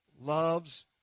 loves